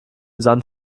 sand